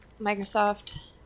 Microsoft